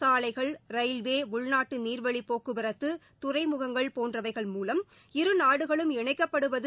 சாலைகள் ரயில்வே உள்நாட்டு நீர்வழி போக்குவரத்து துறைமுகங்கள் போன்றவைகள் மூலம் இரு நாடுகளும் இணைக்கப்படுவது